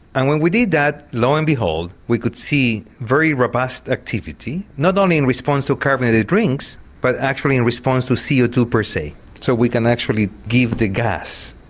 and when we did that lo and behold we could see very robust activity, not only in response to carbonated drinks but actually in response to c o ah two per se so we can actually give the gas.